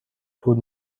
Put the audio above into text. طول